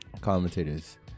commentators